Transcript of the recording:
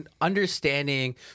understanding